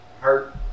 hurt